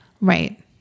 Right